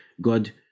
God